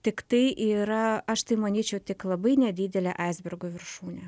tiktai yra aš tai manyčiau tik labai nedidelė aisbergo viršūnė